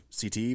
CT